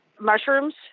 Mushrooms